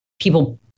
people